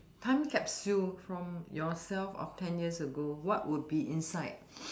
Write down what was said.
time capsule from yourself of ten years ago what would be inside